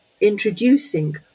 introducing